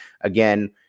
again